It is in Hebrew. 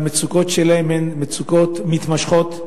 המצוקות שלהם הן מצוקות מתמשכות.